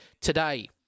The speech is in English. today